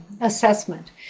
assessment